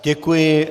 Děkuji.